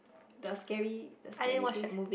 the scary the scary things